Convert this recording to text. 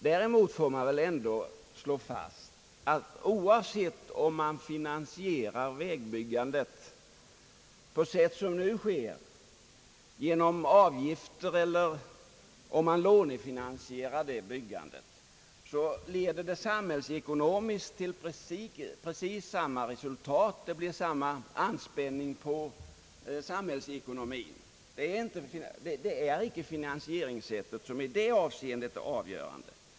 Däremot får man väl ändå slå fast att oavsett om man finansierar vägbyggandet genom avgifter eller genom lånefinansiering, så leder det samhällsekonomiskt till precis samma resultat. Det blir samma anspråk på samhällsekonomin. Det är inte finansieringssättet som i det avseendet är avgörande.